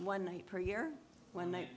one night per year when they